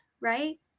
right